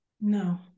No